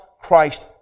Christ